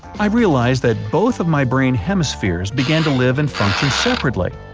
i realized that both of my brain hemispheres began to live and function separately.